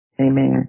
Amen